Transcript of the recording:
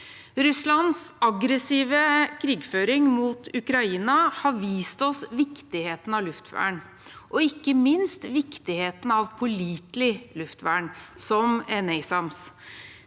Russlands aggressive krigføring mot Ukraina har vist oss viktigheten av luftvern og ikke minst viktigheten av pålitelig luftvern, som NASAMS.